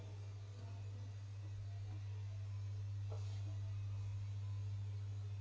and